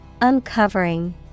Uncovering